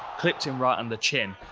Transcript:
clipped him right on the chin.